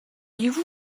you